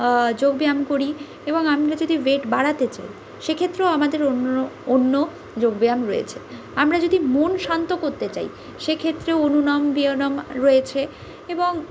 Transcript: যোগব্যায়াম করি এবং আমরা যদি ওয়েট বাড়াতে চাই সেক্ষেত্রেও আমাদের অন্য যোগব্যায়াম রয়েছে আমরা যদি মন শান্ত করতে চাই সেক্ষেত্রেও অনুনাম বিয়নম রয়েছে এবং